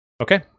Okay